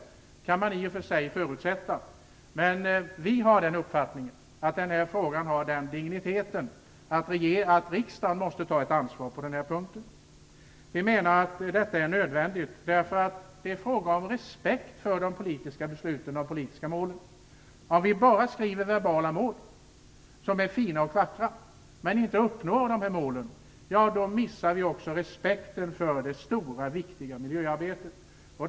Det kan man i och för sig förutsätta, men vi har den uppfattningen att den här frågan har den digniteten att riksdagen måste ta ett ansvar på den här punkten. Vi menar att detta är nödvändigt, eftersom det här är fråga om respekt för de politiska besluten och de politiska målen. Om vi bara skriftligen sätter upp mål som är fina och vackra men inte uppnår målen, då förlorar vi också respekten för det stora och viktiga miljöarbetet.